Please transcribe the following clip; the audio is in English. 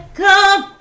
come